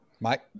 Mike